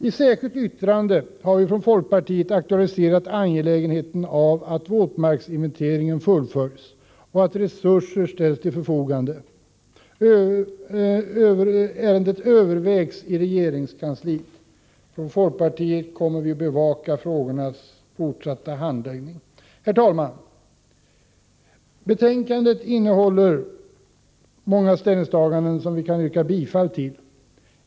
I särskilt yttrande har vi från folkpartiet aktualiserat det angelägna i att våtmarksinventeringen fullföljs och att resurser ställs till förfogande. Ären det övervägs i regeringskansliet. Från folkpartiets sida kommer vi att bevaka frågans fortsatta handläggning. Herr talman! Betänkandet innehåller många ställningstaganden som vi kan yrka bifall till.